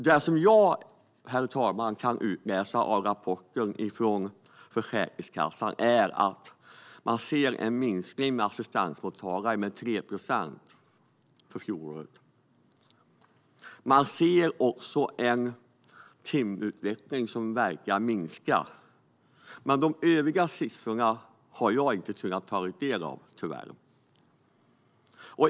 Det jag kan utläsa av Försäkringskassans rapport är att man förra året såg en minskning av assistensmottagare på 3 procent. Man ser också en timutveckling som verkar minska. De övriga siffrorna har jag tyvärr inte kunnat ta del av.